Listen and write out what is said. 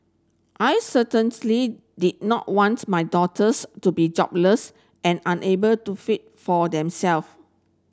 I did not wants my daughters to be jobless and unable to feed for themselves